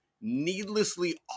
needlessly